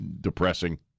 depressing